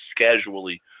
casually